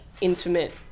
intimate